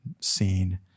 seen